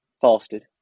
fasted